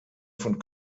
von